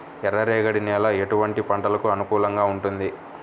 ఎర్ర రేగడి నేల ఎటువంటి పంటలకు అనుకూలంగా ఉంటుంది?